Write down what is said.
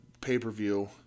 pay-per-view